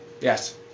Yes